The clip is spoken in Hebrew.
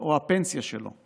או הפנסיה שלו,